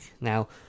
Now